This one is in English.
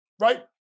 Right